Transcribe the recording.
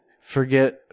forget